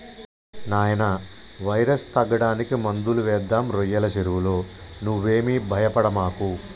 నాయినా వైరస్ తగ్గడానికి మందులు వేద్దాం రోయ్యల సెరువులో నువ్వేమీ భయపడమాకు